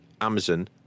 Amazon